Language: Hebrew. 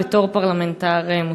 בתור פרלמנטר מוצלח.